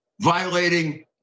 Violating